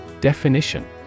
Definition